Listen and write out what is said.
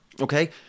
Okay